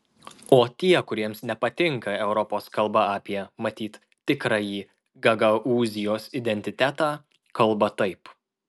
o tie kuriems nepatinka europos kalba apie matyt tikrąjį gagaūzijos identitetą kalba taip